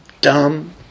Dumb